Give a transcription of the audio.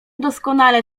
doskonale